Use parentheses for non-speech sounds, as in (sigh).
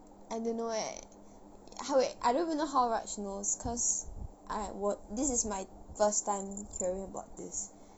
I don't know eh (noise) how it I don't even know how raj knows because I wo~ this is my first time hearing about this